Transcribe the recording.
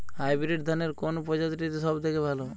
Hybrid ধানের কোন প্রজীতিটি সবথেকে ভালো?